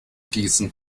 gießen